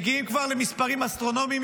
מגיעים כבר למספרים אסטרונומיים,